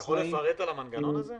אתה יכול לפרט על המנגנון הזה,